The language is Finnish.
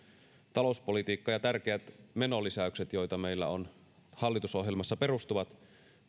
talouspolitiikka ja tärkeät menolisäykset joita meillä on hallitusohjelmassa perustuvat